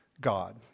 God